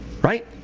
Right